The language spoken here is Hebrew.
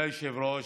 היושב-ראש,